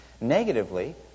Negatively